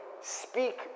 speak